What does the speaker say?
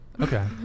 Okay